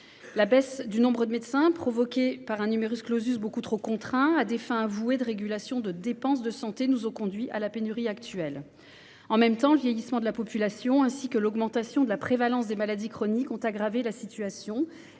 La baisse du nombre de médecins engendrée par un beaucoup trop restreint, à des fins de régulation des dépenses de santé, a conduit à la pénurie actuelle. Dans le même temps, le vieillissement de la population, ainsi que l'augmentation de la prévalence des maladies chroniques ont aggravé la situation.